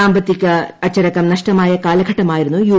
സാമ്പത്തിക അച്ചടക്കം നഷ്ടമായ കാലഘട്ടമായിരുന്നു യു